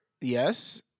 Yes